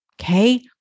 Okay